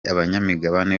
abanyamigabane